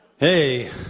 Hey